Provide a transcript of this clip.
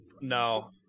no